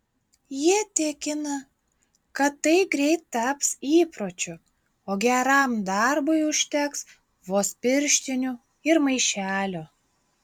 ji tikina kad tai greit taps įpročiu o geram darbui užteks vos pirštinių ir maišelio